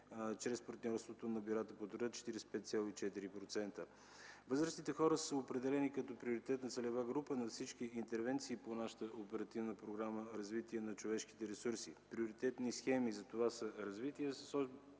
чрез партньорството на бюрата по труда – 45,4%. Възрастните хора са определени като приоритетна целева група на всички интервенции по Оперативна програма „Развитие на човешките ресурси”. Приоритетни схеми за това развитие са